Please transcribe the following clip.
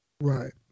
Right